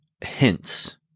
hints